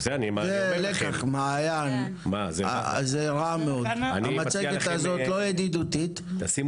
רשות הבדואים בעצמה תכננה בעצמה 3,000,000 מ"ר שטחים